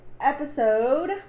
episode